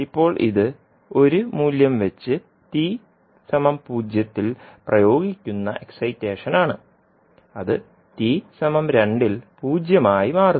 ഇപ്പോൾ ഇത് 1 മൂല്യം വെച്ച് t 0 യിൽ പ്രയോഗിക്കുന്ന എക്സൈറ്റേഷൻ ആണ് അത് t 2ൽ 0 ആയി മാറുന്നു